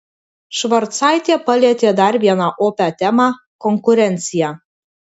švarcaitė palietė dar vieną opią temą konkurenciją